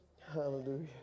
Hallelujah